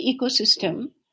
ecosystem